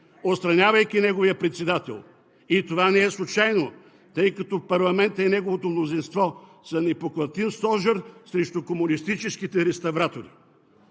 отстранявайки неговия председател. И това не е случайно, тъй като парламентът и неговото мнозинство са непоклатим стожер срещу комунистическите реставратори.